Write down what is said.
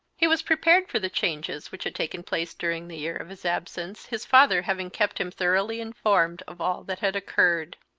he was prepared for the changes which had taken place during the year of his absence, his father having kept him thoroughly informed of all that had occurred.